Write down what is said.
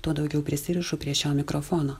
tuo daugiau prisirišu prie šio mikrofono